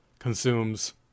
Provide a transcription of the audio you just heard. consumes